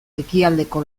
ekialdeko